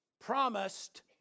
promised